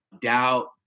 doubt